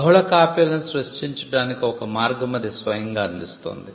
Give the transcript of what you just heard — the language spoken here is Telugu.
బహుళ కాపీలను సృష్టించడానికి ఒక మార్గం అది స్వయంగా అందిస్తుంది